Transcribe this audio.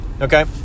okay